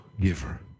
giver